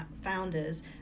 founders